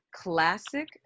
classic